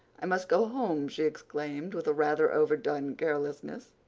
i must go home, she exclaimed, with a rather overdone carelessness.